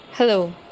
Hello